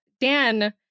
Dan